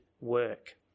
work